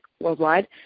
worldwide